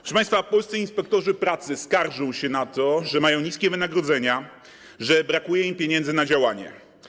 Proszę państwa, polscy inspektorzy pracy skarżą się na to, że mają niskie wynagrodzenia, że brakuje im pieniędzy na działanie.